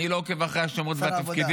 אני לא עוקב אחרי השמות והתפקידים.